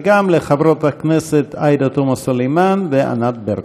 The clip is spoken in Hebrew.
וגם לחברות הכנסת עאידה תומא סלימאן וענת ברקו.